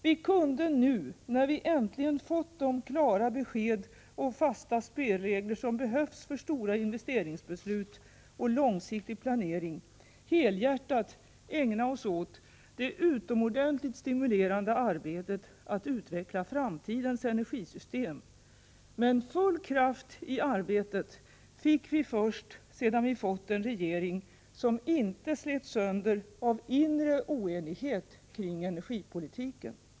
Vi kunde nu, när vi äntligen fått de klara besked och fasta spelregler som behövs för stora investeringsbeslut och långsiktig planering, helhjärtat ägna oss åt det utomordentligt stimulerande arbetet att utveckla framtidens energisystem. Full kraft i arbetet fick vi dock först sedan vi fått en regering som inte slets sönder av inre oenighet kring energipolitiken!